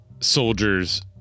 soldiers